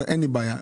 אבל אין לי בעיה.